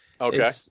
Okay